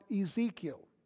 Ezekiel